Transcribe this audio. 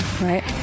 right